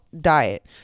diet